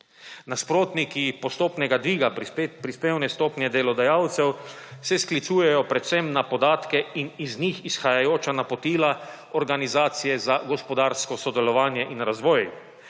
Nasprotniki postopnega dviga prispevne stopnje delodajalcev se sklicujejo predvsem na podatke in iz njih izhajajoča napotila Organizacije za gospodarsko sodelovanje in razvoj.